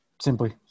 Simply